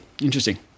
interesting